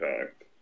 impact